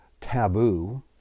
taboo